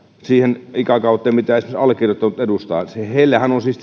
siihen ikäkauteen mitä esimerkiksi allekirjoittanut edustaa heillähän siis